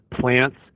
plants